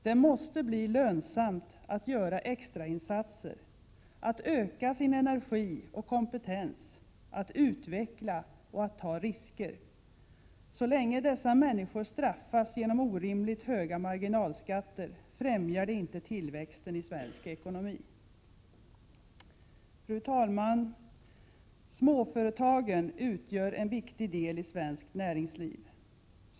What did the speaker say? Det måste bli lönsamt att göra extrainsatser, att öka sin energi och kompetens, att utveckla och att ta risker. Så länge dessa människor ”straffas” genom orimligt höga marginalskatter främjar det inte tillväxten i svensk ekonomi. Fru talman! Småföretagen utgör en viktig del i svenskt näringsliv.